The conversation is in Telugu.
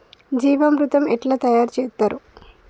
జీవామృతం ఎట్లా తయారు చేత్తరు?